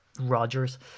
rogers